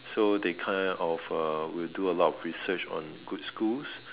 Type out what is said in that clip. so they kind of uh will do a lot of research on good schools